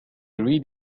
read